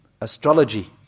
astrology